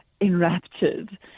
enraptured